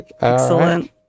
Excellent